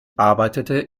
arbeitete